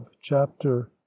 chapter